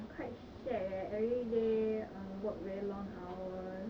quite shag eh everyday work very long hours